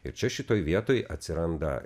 ir čia šitoj vietoj atsiranda